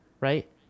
right